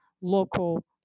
local